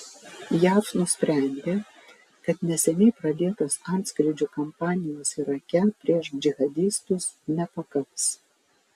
jav nusprendė kad neseniai pradėtos antskrydžių kampanijos irake prieš džihadistus nepakaks